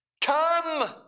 come